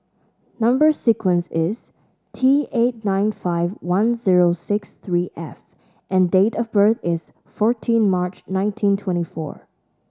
number sequence is T eight nine five one zero six three F and date of birth is fourteen March nineteen twenty four